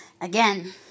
Again